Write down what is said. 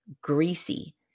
greasy